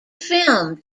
film